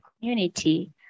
community